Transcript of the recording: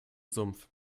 sumpf